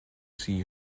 see